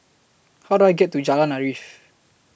How Do I get to Jalan Arif